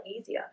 easier